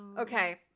okay